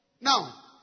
Now